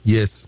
Yes